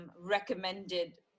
recommended